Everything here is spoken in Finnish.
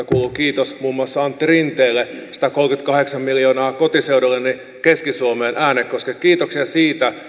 kuuluu kiitos muun muassa antti rinteelle satakolmekymmentäkahdeksan miljoonaa kotiseudulleni keski suomeen äänekoskelle kiitoksia siitä